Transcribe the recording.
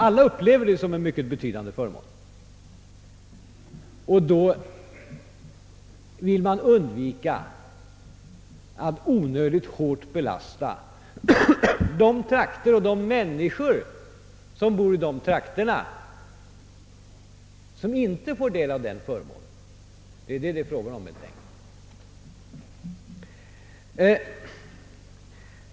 Alla upplever detta som en mycket betydande förmån, och då vill man undvika att onödigt hårt belasta invånare i trakter som inte får del av den förmånen. Det är helt enkelt detta det är fråga om.